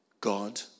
God